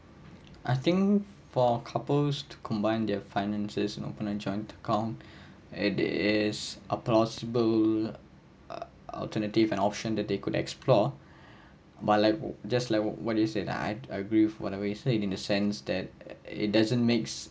I think for couples to combine their finances and open a joint account it is a plausible alternative an option that they could explore but like just like what you say I'd agree with whatever you say in the sense that it doesn't makes